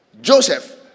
Joseph